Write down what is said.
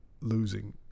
losing